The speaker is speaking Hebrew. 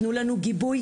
תנו לנו גיבוי.